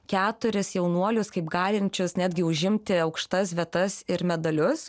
keturis jaunuolius kaip galinčius netgi užimti aukštas vietas ir medalius